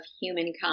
Humankind